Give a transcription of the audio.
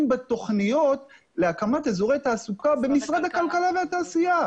בתכניות להקמת אזורי תעסוקה במשרד הכלכלה והתעשייה.